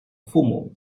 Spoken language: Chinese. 父母